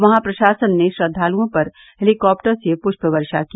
वहां प्रशासन ने श्रद्वालुओं पर हेलीकॉप्टर से पृष्प वर्षा की